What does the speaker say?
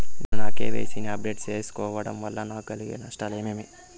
నేను నా కె.వై.సి ని అప్డేట్ సేయకపోవడం వల్ల నాకు కలిగే నష్టాలు ఏమేమీ?